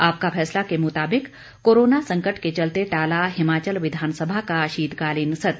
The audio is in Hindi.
आपका फैसला के मुताबिक कोरोना संकट के चलते टाला हिमाचल विधानसभा का शीतकालीन सत्र